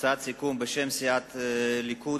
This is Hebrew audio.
הצעת סיכום בשם סיעות הליכוד,